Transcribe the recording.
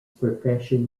profession